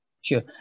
Sure